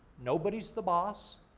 nobody's the boss,